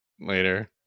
later